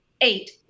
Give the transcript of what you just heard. eight